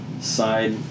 side